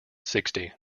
sixty